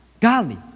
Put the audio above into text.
godly